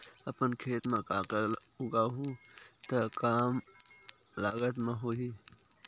अपन खेत म का का उगांहु त कम लागत म हो जाही?